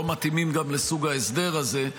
לא מתאימים גם לסוג ההסדר הזה.